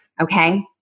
Okay